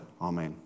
amen